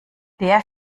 der